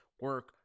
Work